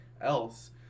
else